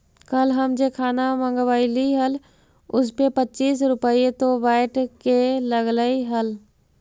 कल हम जे खाना मँगवइली हल उसपे पच्चीस रुपए तो वैट के लगलइ हल